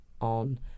on